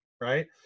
Right